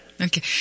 Okay